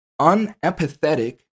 unempathetic